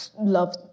love